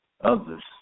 others